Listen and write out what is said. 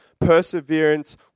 Perseverance